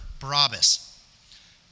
Barabbas